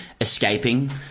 escaping